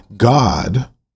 God